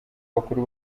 bakuru